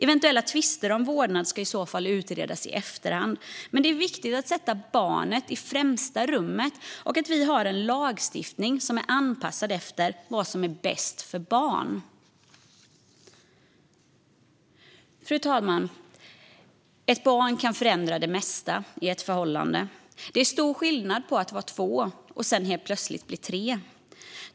Eventuella tvister om vårdnad ska i så fall utredas i efterhand, men det är viktigt att sätta barnen i främsta rummet och att vi har en lagstiftning som är anpassad efter vad som är bäst för barn. Fru talman! Ett barn kan förändra det mesta i ett förhållande. Det är stor skillnad på att vara två och sedan helt plötsligt bli tre.